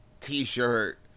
t-shirt